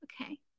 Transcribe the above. Okay